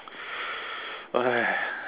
!aiya!